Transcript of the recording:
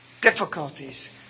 Difficulties